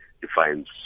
defines